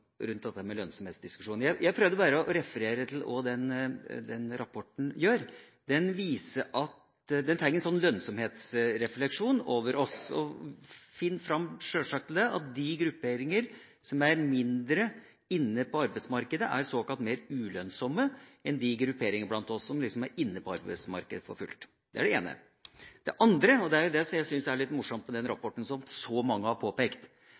rundt dette med lønnsomhet. Jeg prøvde bare å referere til hva den rapporten gjør. Den tar en lønnsomhetsrefleksjon over oss og finner fram – sjølsagt – til at de grupperinger som er mindre inne på arbeidsmarkedet, er såkalt mer ulønnsomme enn de grupperingene som er inne på arbeidsmarkedet for fullt. Det er det ene. Det andre – og det er det jeg syns er litt morsomt med den rapporten som så mange har påpekt